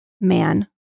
man